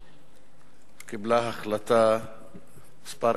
קיבלה החלטה מס'